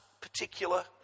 particular